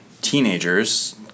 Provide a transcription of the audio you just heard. teenagers